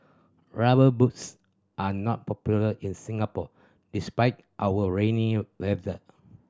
Rubber Boots are not popular in Singapore despite our rainy weather